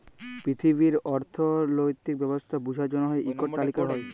পিথিবীর অথ্থলৈতিক ব্যবস্থা বুঝার জ্যনহে ইকট তালিকা হ্যয়